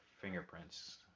fingerprints